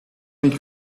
make